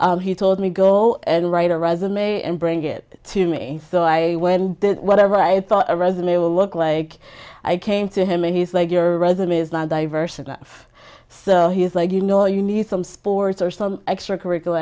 get he told me go and write a resume and bring it to me so i went that whatever i thought a resume will look like i came to him and he's like your resume is not diverse enough so he's like you know you need some sports or some extra curricular